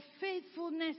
faithfulness